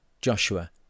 Joshua